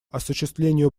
осуществлению